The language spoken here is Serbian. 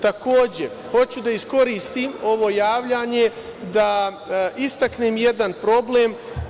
Takođe, hoću da iskoristim ovo javljanje da istaknem jedan problem.